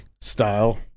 style